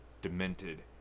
demented